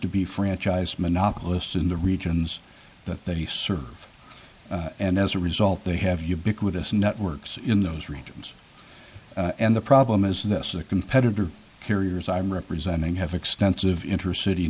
to be franchise monopolist in the regions that they serve and as a result they have ubiquitous networks in those regions and the problem is this is a competitor carriers i'm representing have extensive intercity